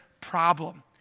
problem